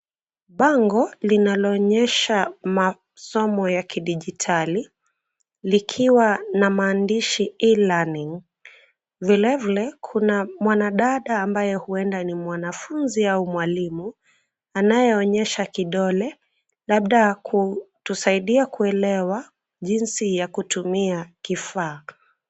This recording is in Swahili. Bango linaloonyesha masomo ya kidijitali likiwa na maandishi E-learning. Vile vile kuna mwanadada ambaye huenda ni mwanafunzi au mwalimu anayeonyesha kidole labda kusaidia kuelewa jinsi ya kutumia kifaa.